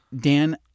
Dan